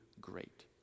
great